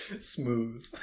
Smooth